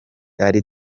ari